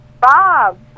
Bob